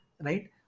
right